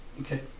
Okay